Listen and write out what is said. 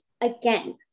again